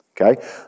Okay